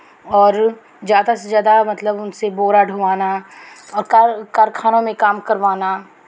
और ज़्यादा से ज़्यादा मतलब उनसे बोरा ढोवाना और कार कारखाना में काम करवाना